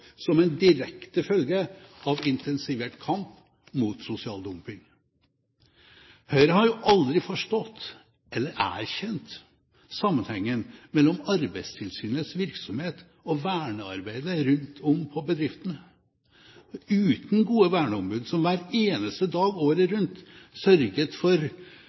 som en direkte følge av en intensivert kamp mot sosial dumping. Høyre har jo aldri forstått eller erkjent sammenhengen mellom Arbeidstilsynets virksomhet og vernearbeidet på bedriftene. Uten gode verneombud som hver eneste dag året rundt sørger for